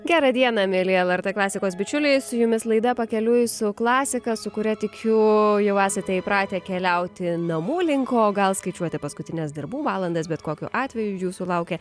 gera diena mieli lrt klasikos bičiuliai su jumis laida pakeliui su klasika su kuria tikiu jau esate įpratę keliauti namų link o gal skaičiuojate paskutines darbų valandas bet kokiu atveju jūsų laukia